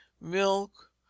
milk